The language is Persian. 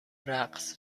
رقص